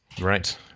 Right